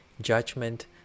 Judgment